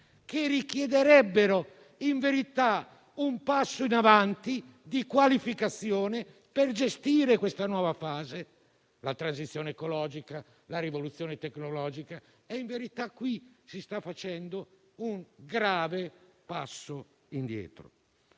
che richiederebbero in verità un passo in avanti di qualificazione per gestire questa nuova fase (la transizione ecologica, la rivoluzione tecnologica). In verità in questo caso si sta facendo un grave passo indietro.